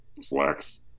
slacks